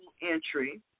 entry